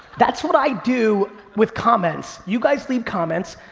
that's what i do with comments. you guys leave comments.